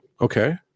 Okay